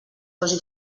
posi